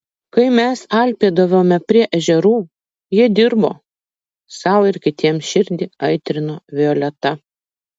kai mes alpėdavome prie ežerų jie dirbo sau ir kitiems širdį aitrino violeta